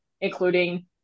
including